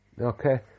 Okay